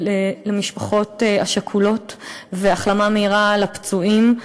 למשפחות השכולות והחלמה מהירה לפצועים.